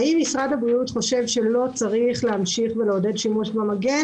האם משרד הבריאות חושב שלא צריך להמשיך ולעודד שימוש במגן?